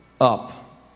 up